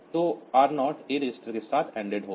तो R0 A register के साथ एन्डेड होगा